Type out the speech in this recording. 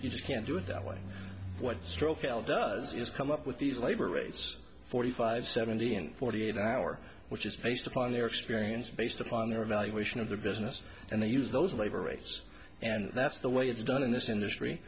you just can't do it that way what stroke al does is come up with these labor rates forty five seventy and forty eight an hour which is based upon their experience based upon their evaluation of the business and they use those labor rates and that's the way it's done in this industry